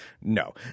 No